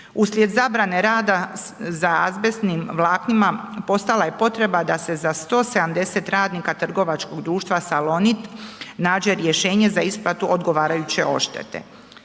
Uslijed zabrane rada sa azbestnim vlaknima, postala je potreba da se za 170 radnika trgovačkog društva Salonit nađe rješenje za isplatu odgovarajuće odštete.